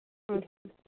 ᱟᱪᱪᱷᱟ